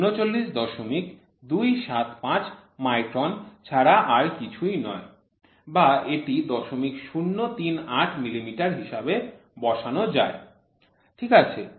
যা ৩৯২৭৫ মাইক্রন ছাড়া কিছুই নয় বা এটি ০০৩৮ মিলিমিটার হিসাবে বসানো যায় ঠিক আছে